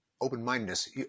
open-mindedness